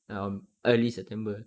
um early september